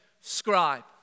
scribe